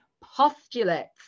postulates